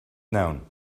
known